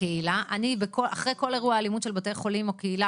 בקהילה אחרי כל אירועי אלימות של בתי חולים או קהילה